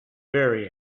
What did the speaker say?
very